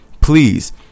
Please